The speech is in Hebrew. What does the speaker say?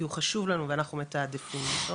כי הוא חשוב לנו ואנחנו מתעדפים אותו,